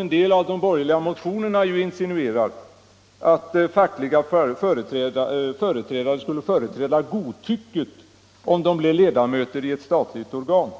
en del av de borgerliga motionerna insinuerar ju att fackliga representanter skulle företräda godtycket om de blev ledamöter i ett statligt organ.